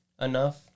enough